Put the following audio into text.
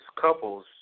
couples